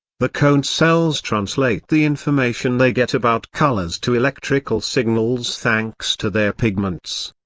the cone cells translate the information they get about colors to electrical signals thanks to their pigments.